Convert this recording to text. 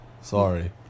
Sorry